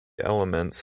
elements